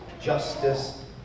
justice